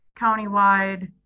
countywide